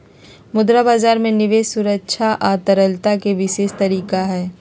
मुद्रा बजार में निवेश सुरक्षा आ तरलता के विशेष तरीका हई